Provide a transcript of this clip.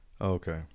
Okay